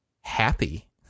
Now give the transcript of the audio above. happy